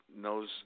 knows